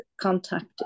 contacted